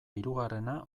hirugarrena